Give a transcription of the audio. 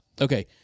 Okay